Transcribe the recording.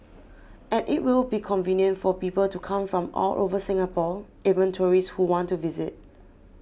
and it will be convenient for people to come from all over Singapore even tourists who want to visit